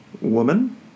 Woman